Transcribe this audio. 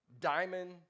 diamond